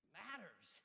matters